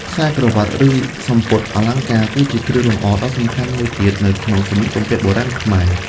ខ្សែក្រវាត់ ឬសំពត់អលង្ការ គឺជាគ្រឿងលម្អដ៏សំខាន់មួយទៀតនៅក្នុងសម្លៀកបំពាក់បុរាណខ្មែរ។